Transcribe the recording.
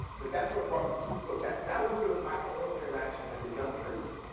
but that's what brought me to this book. that that was sort of my own interaction as a young person.